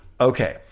Okay